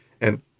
And-